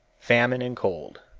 famine and cold.